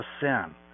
sin